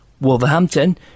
Wolverhampton